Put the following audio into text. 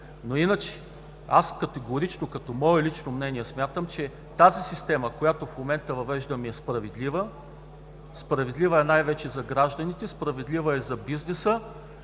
но иначе аз категорично смятам, като мое лично мнение, че тази система, която в момента въвеждаме, е справедлива. Справедлива е най-вече за гражданите, справедлива е за бизнеса,